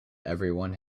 everyone